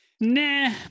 Nah